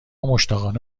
مشتاقانه